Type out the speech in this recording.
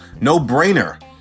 no-brainer